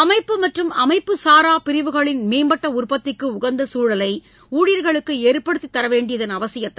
அமைப்பு மற்றும் அமைப்புசாரா பிரிவுகளின் மேம்பட்ட உற்பத்திக்கு உகந்த சூழலை ஊழியர்களுக்கு ஏற்படுத்தித் தர வேண்டியதன் அவசியத்தை